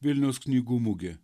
vilniaus knygų mugė